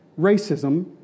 racism